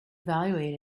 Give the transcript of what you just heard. evaluate